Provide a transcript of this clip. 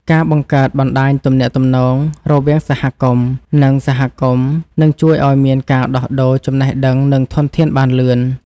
ការបង្កើតបណ្តាញទំនាក់ទំនងរវាងសហគមន៍ និងសហគមន៍នឹងជួយឱ្យមានការដោះដូរចំណេះដឹង និងធនធានបានលឿន។